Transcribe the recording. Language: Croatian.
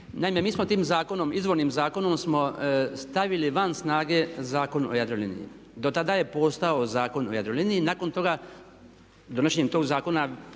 Naime, mi smo tim zakonom, izvornim zakonom smo stavili van snage Zakon o Jadroliniji. Do tada je postojao Zakon o Jadroliniji, nakon toga, donošenje tog zakona